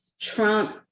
Trump